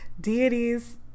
deities